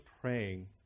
praying